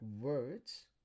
words